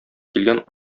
килгән